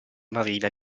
marina